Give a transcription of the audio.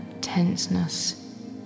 tenseness